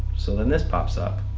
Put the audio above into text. so then this pops up.